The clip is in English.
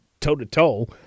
toe-to-toe